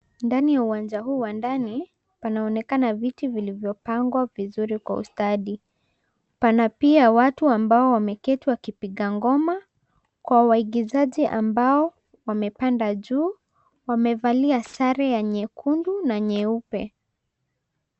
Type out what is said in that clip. Ndani ya uwanja huu wa ndani, panaonekana viti vilivyopangwa vizuri kwa ustadi, pana pia watu ambao wameketi wakipiga ngoma kwa waigizaji ambao wamepanda juu wamevalia sare ya nyekundu na nyeupe.